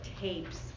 tapes